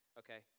okay